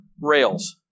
rails